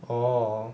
orh